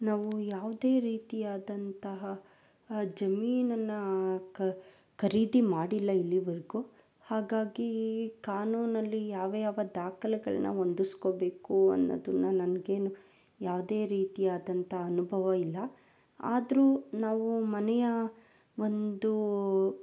ನಾವು ಯಾವುದೇ ರೀತಿಯಾದಂತಹ ಜಮೀನನ್ನು ಖರೀದಿ ಮಾಡಿಲ್ಲ ಇಲ್ಲಿವರ್ಗೂ ಹಾಗಾಗಿ ಕಾನೂನಲ್ಲಿ ಯಾವ ಯಾವ ದಾಖಲೆಗಳನ್ನ ಹೊಂದುಸ್ಕೊಬೇಕು ಅನ್ನೋದನ್ನ ನನಗೇನು ಯಾವುದೇ ರೀತಿಯಾದಂಥ ಅನುಭವ ಇಲ್ಲ ಆದರೂ ನಾವು ಮನೆಯ ಒಂದು